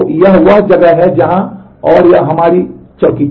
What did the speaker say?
तो यह वह जगह है जहां और यह हमारी चौकी है